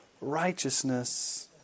righteousness